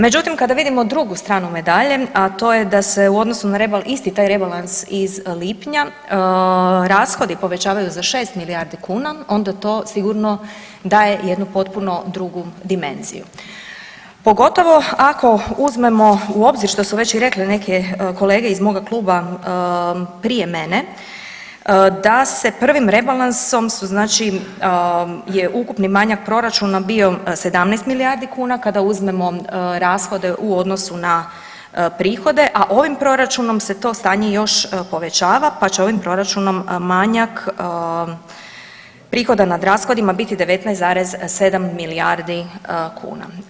Međutim, kada vidimo drugu stranu medalje, a to je da se u odnosu na isti taj rebalans iz lipnja rashodi povećavaju za 6 milijardi kuna onda to sigurno daje jednu potpuno drugu dimenziju, pogotovo ako uzmemo u obzir što su već i rekle neke kolege iz moga kluba prije mene da se prvim rebalansom je ukupni manjak proračuna bio 17 milijardi kuna kada uzmemo rashode u odnosu na prihode, a ovim proračunom se to stanje još povećava pa će ovim proračunom manjak prihoda nad rashodima biti 19,7 milijardi kuna.